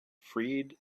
freed